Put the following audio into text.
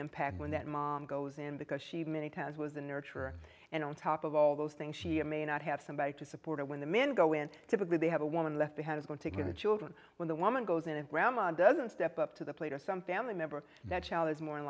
impact when that mom goes in because she many times was a nurturer and on top of all those things she may not have somebody to support when the men go in typically they have a woman left that has been taken the children when the woman goes in and grandma doesn't step up to the plate or sumpin remember that child is more